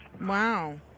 Wow